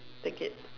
take it